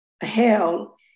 hell